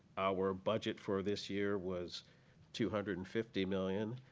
our budget for this year was two hundred and fifty million